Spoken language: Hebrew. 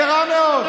על מה אתה מדבר?